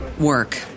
work